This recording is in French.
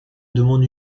demande